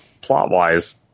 plot-wise